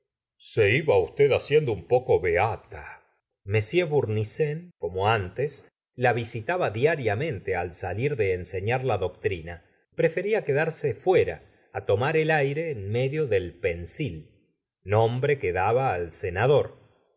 se iba usted haciendo un poco beata m bournisien como antes la visitaba diariamente al salir de enseñar la doctrina prefería quedarse fuera á tomar el aire en medio del pensil nombre que daba al cenador